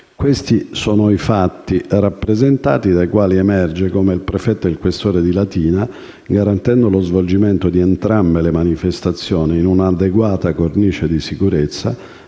Questi i fatti, dai quali emerge come il prefetto e il questore di Latina, garantendo lo svolgimento di entrambe le manifestazioni in un'adeguata cornice di sicurezza,